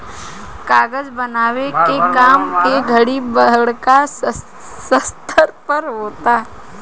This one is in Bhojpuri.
कागज बनावे के काम ए घड़ी बड़का स्तर पर होता